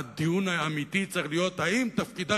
הדיון האמיתי צריך להיות: האם תפקידה